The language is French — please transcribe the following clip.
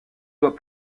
doit